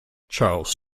charles